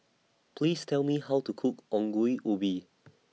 Please Tell Me How to Cook Ongol Ubi